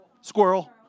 Squirrel